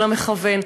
של המכוון.